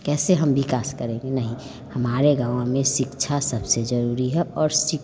कैसे हम विकास करेंगे नहीं हमारे गाँव में शिक्षा सबसे जरूरी है और